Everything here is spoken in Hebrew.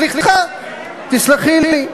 סליחה, תסלחי לי.